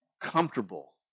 comfortable